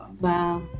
Wow